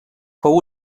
fou